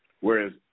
Whereas